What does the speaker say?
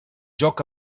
joc